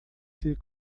ser